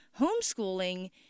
homeschooling